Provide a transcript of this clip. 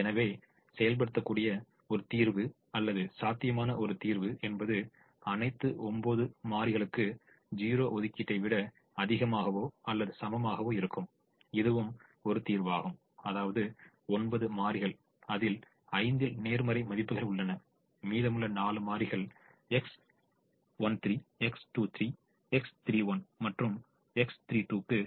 எனவே செயல்படுத்தக்கூடிய ஒரு தீர்வு அல்லது சாத்தியமான ஒரு தீர்வு என்பது அனைத்து 9 மாறிகளுக்கும் 0 ஒதுக்கீட்டை விட அதிகமாகவோ அல்லது சமமாகவோ இருக்கும் இதுவும் ஒரு தீர்வாகும் அதாவது 9 மாறிகள் அதில் 5 ல் நேர்மறை மதிப்புகள் உள்ளன மீதமுள்ள 4 மாறிகள் X13 X21 X31 மற்றும் X32 க்கு